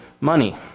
money